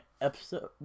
episode